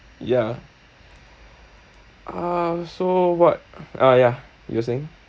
ya ah so what ah ya you were saying